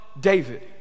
David